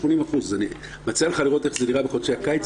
אני מציע לך לראות איך זה נראה בחודשי הקיץ.